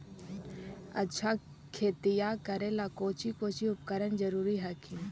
अच्छा खेतिया करे ला कौची कौची उपकरण जरूरी हखिन?